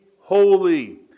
holy